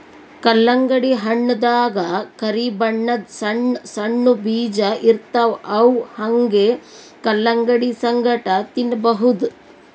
ಕಲ್ಲಂಗಡಿ ಹಣ್ಣ್ ದಾಗಾ ಕರಿ ಬಣ್ಣದ್ ಸಣ್ಣ್ ಸಣ್ಣು ಬೀಜ ಇರ್ತವ್ ಅವ್ ಹಂಗೆ ಕಲಂಗಡಿ ಸಂಗಟ ತಿನ್ನಬಹುದ್